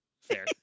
fair